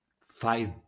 five